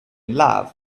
love